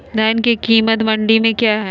धान के कीमत मंडी में क्या है?